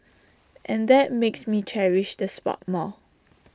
and that makes me cherish the spot more